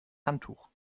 handtuch